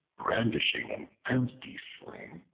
brandishing an empty sling,